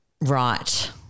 Right